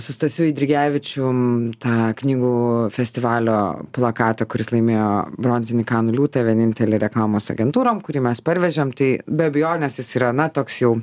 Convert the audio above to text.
su stasiu eidrigevičium tą knygų festivalio plakatą kuris laimėjo bronzinį kanų liūtą vienintelį reklamos agentūrom kurį mes parvežėm tai be abejonės jis yra na toks jau